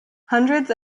hundreds